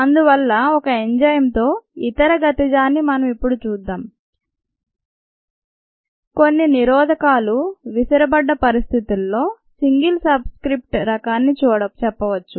అందువల్ల ఒక ఎంజైమ్ తో ఇతర గతిజాన్ని మనం ఇప్పుడు చూద్దాం కొన్ని నిరోధకాలు విసరబడ్డ పరిస్థితుల్లో సింగిల్ సబ్ స్క్రిట్ రకాన్ని చెప్పవచ్చు